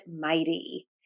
mighty